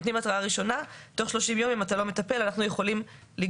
נותנים התראה ראשונה: תוך 30 ימים אם אתה לא מטפל אנחנו יכולים לגרור.